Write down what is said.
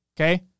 okay